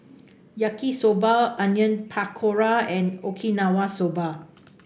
Yaki Soba Onion Pakora and Okinawa Soba